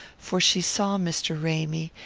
for she saw mr. ramy,